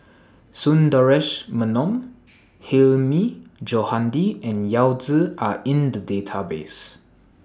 Sundaresh Menon Hilmi Johandi and Yao Zi Are in The Database